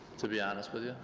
to be honest with you.